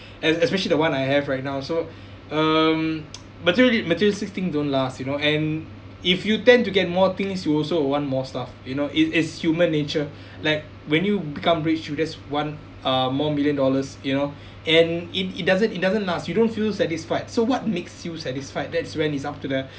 and especially the one I have right now so um material materialistic don't last you know and if you tend to get more things you also want more stuff you know it it's human nature like when you become rich you just want uh more million dollars you know and it it doesn't it doesn't last you don't feel satisfied so what makes you satisfied that's when it's up to the